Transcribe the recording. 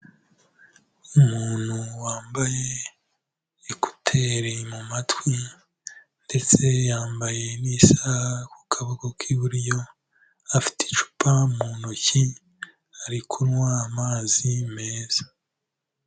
Umuntu wambaye ekuteri mu matwi ndetse yambaye n'isaha ku kaboko k'iburyo, afite icupa mu ntoki, ari kunywa amazi meza.